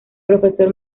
profesor